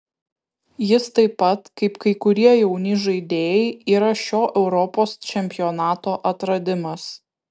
jis taip pat kaip kai kurie jauni žaidėjai yra šio europos čempionato atradimas